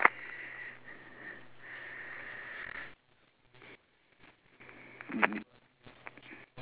we spotted one two three four five six difference